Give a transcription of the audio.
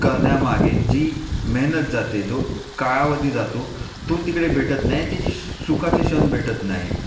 करण्यामागे जी मेहनत जाते जो कालावधी जातो तो तिकडे भेटत नाही ते सुखाचे क्षण भेटत नाहीत